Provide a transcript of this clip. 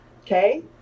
Okay